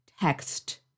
text